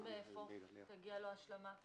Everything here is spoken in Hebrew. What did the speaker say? אז מאיפה תגיע לו ההשלמה,